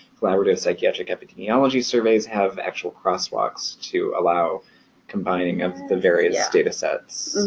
collaborative psychiatric epidemiology surveys have actual crosswalks to allow combining of the various data sets